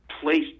place